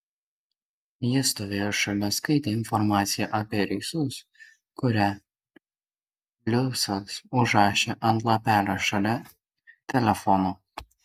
ji stovėjo šalia ir skaitė informaciją apie reisus kurią luisas užrašė ant lapelio šalia telefono